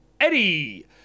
Eddie